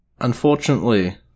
Unfortunately